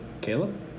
Caleb